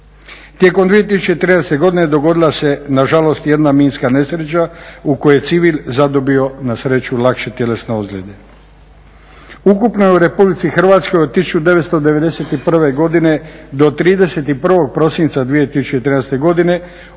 Tijekom 2013.godine dogodila se nažalost jedna minska nesreća u kojoj je civil zadobio na sreću lakše tjelesne ozljede. Ukupno je u RH od 1991.godine do 31.prosinca 2013.godine